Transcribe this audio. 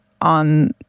on